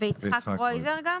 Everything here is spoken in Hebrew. ויצחק קרויזר הצטרף.